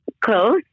close